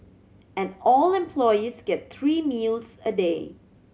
and all employees get three meals a day